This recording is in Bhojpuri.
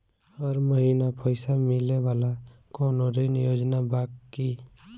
हर महीना पइसा मिले वाला कवनो ऋण योजना बा की?